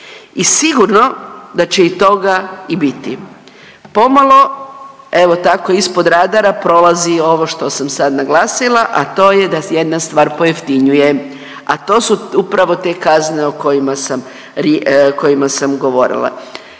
I sigurno da će i toga i biti. Pomalo, evo tako ispod radara prolazi i ovo što sam sad naglasila, a to je da jedna stvar pojeftinjuje, a to su upravo te kazne o kojima sam, kojima